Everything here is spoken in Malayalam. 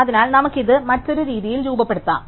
അതിനാൽ നമുക്ക് ഇത് മറ്റൊരു രീതിയിൽ രൂപപ്പെടുത്താം